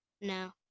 No